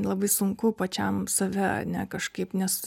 labai sunku pačiam save kažkaip nes